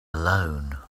alone